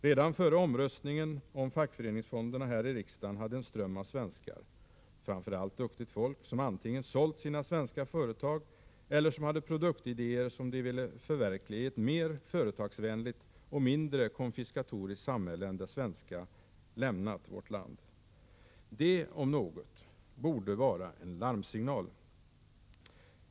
Redan före omröstningen om fackföreningsfonderna här i riksdagen hade en ström av svenskar, framför allt duktigt folk, som antingen sålt sina svenska företag eller som hade produktidéer som de vill förverkliga i ett mer företagsvänligt och mindre konfiskatoriskt samhälle än det svenska, lämnat vårt land. Det, om något, borde vara en larmsignal.